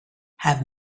have